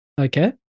okay